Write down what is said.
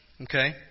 Okay